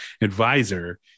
advisor